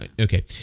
Okay